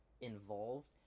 involved